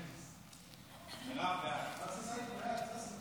חוק איסור פרסומת